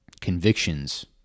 convictions